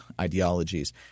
ideologies